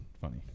funny